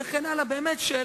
וכן הלאה שאלות.